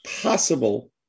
possible